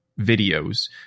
videos